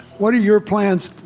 what are your plans?